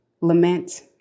lament